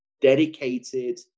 dedicated